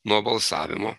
nuo balsavimo